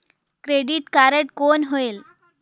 Credit card कौन होएल?